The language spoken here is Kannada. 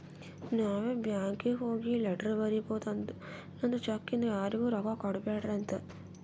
ನಾವೇ ಬ್ಯಾಂಕೀಗಿ ಹೋಗಿ ಲೆಟರ್ ಬರಿಬೋದು ನಂದ್ ಚೆಕ್ ಇಂದ ಯಾರಿಗೂ ರೊಕ್ಕಾ ಕೊಡ್ಬ್ಯಾಡ್ರಿ ಅಂತ